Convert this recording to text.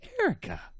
Erica